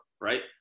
right